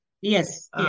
Yes